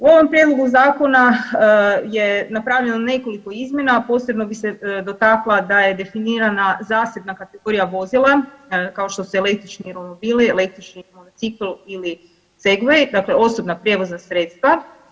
U ovom prijedlogu Zakona je napravljeno nekoliko izmjena, posebno bi se dotakla da je definirana zasebna kategorija vozila, kao što su električni romobili, električni bicikl ili Segway, dakle osobna prijevozna sredstva.